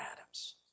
Adams